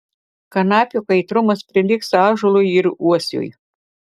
kanapių kaitrumas prilygsta ąžuolui ir uosiui